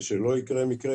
ושלא יקרה מקרה,